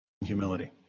Humility